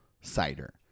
cider